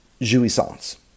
jouissance